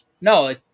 no